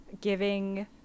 giving